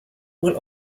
will